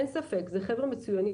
אין ספק שאלה חבר'ה מצוינים,